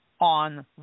on